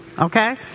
okay